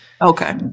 Okay